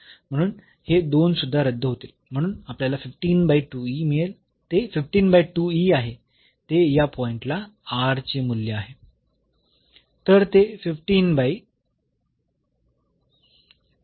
म्हणून हे दोन सुद्धा रद्द होतील म्हणून आपल्याला मिळेल ते आहे ते या पॉईंट ला चे मूल्य आहे